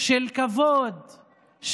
של כבוד,